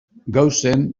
gaussen